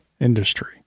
industry